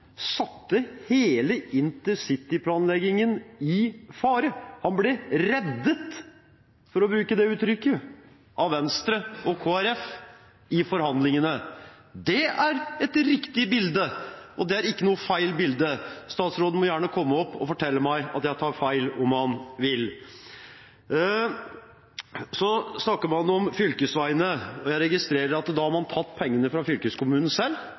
satte hele intercityplanleggingen i fare. Han ble reddet – for å bruke det uttrykket – av Venstre og Kristelig Folkeparti i forhandlingene. Det er et riktig bilde. Det er ikke noe feil bilde. Statsråden må gjerne komme opp og fortelle meg at jeg tar feil, om han vil. Så snakker man om fylkesveiene. Jeg registrerer at man selv har tatt penger fra fylkeskommunen,